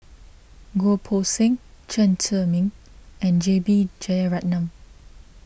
Goh Poh Seng Chen Zhiming and J B Jeyaretnam